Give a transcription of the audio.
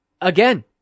again